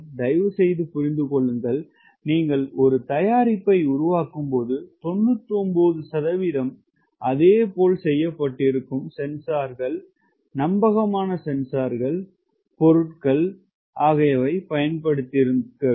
தயவுசெய்து புரிந்து கொள்ளுங்கள் நீங்கள் ஒரு தயாரிப்பை உருவாக்கும் போது 99 சதவிகிதம் அதேபோல் செய்யப்பட்டிருக்கும் சென்சார்கள் அதே நம்பகமான சென்சார்கள் பொருள் ஒருவேளை